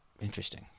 interesting